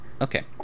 Okay